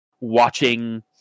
watching